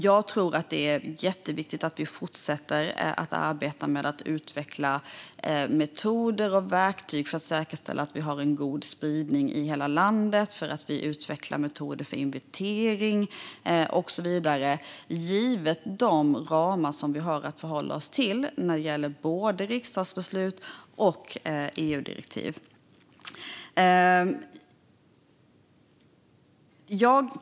Jag tror att det är jätteviktigt att vi fortsätter att arbeta med att utveckla metoder och verktyg för att säkerställa en god spridning i hela landet, att vi utvecklar metoder för inventering och så vidare givet de ramar som vi har att förhålla oss till. Det gäller både riksdagsbeslut och EU-direktiv.